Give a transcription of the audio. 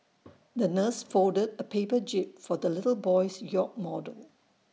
the nurse folded A paper jib for the little boy's yacht model